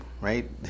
right